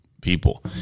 people